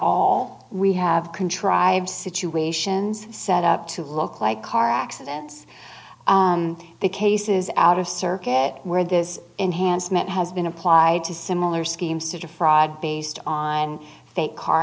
all we have contrived situations set up to look like car accidents the cases out of circuit where this enhancement has been applied to similar schemes to defraud based on fake car